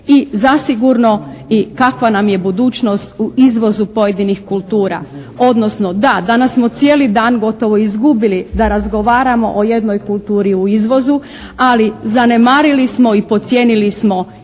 I zasigurno i kakva nam je budućnost u izvozu pojedinih kultura. Odnosno, da, danas smo cijeli dan gotovo izgubili da razgovaramo o jednoj kulturi u izvozu, ali zanemarili smo i podcijenili smo i našeg